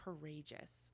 courageous